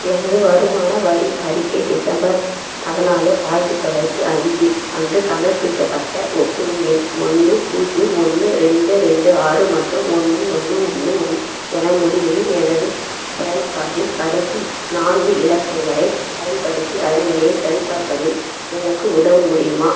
எனது வருமான வரி அறிக்கை டிசம்பர் பதினாலு ஆயிரத்தி தொள்ளாயிரத்தி அஞ்சு அன்று சமர்ப்பிக்கப்பட்ட ஒப்புகை எண் ஒன்று பூஜ்ஜியம் ஒன்று ரெண்டு ரெண்டு ஆறு மற்றும் ஒன்று ஒன்று ஒன்று ஒன்று என முடியும் எனது பேன் கார்டில் கடைசி நான்கு இலக்கங்களை பயன்படுத்தி அதன் நிலையை சரிபார்ப்பதில் எனக்கு உதவ முடியுமா